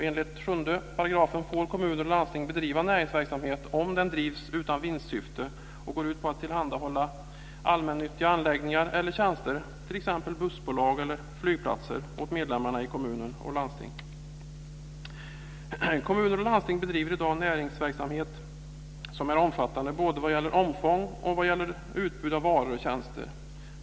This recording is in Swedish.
Enligt 7 § får kommuner och landsting bedriva näringsverksamhet om den drivs utan vinstsyfte och går ut på att tillhandahålla allmännyttiga anläggningar eller tjänster, t.ex. bussbolag eller flygplatser, åt medlemmarna i kommuner och landsting. Kommuner och landsting bedriver i dag näringsverksamhet som är omfattande både vad gäller omfång och vad gäller utbud av varor och tjänster.